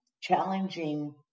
challenging